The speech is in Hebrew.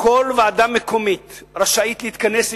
כל ועדה מקומית רשאית להתכנס,